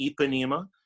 ipanema